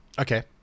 Okay